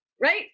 right